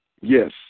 Yes